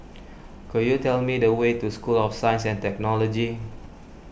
could you tell me the way to School of Science and Technology